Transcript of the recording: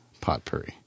Potpourri